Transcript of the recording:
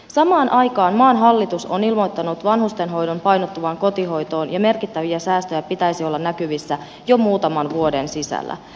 samaan aikaan maan hallitus on ilmoittanut vanhustenhoidon painottuvan kotihoitoon ja merkittäviä säästöjä pitäisi olla näkyvissä jo muutaman vuoden sisällä